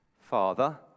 Father